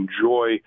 enjoy